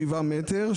שבעה מ"ר,